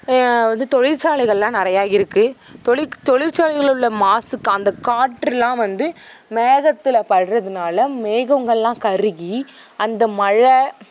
வந்து தொழிற்சாலைகள்லாம் நிறையா இருக்குது தொழில் தொழிற்சாலைகளிலுள்ள மாசு அந்த காற்றுலாம் வந்து மேகத்தில் படுறதுனால மேகங்கள்லாம் கருகி அந்த மழை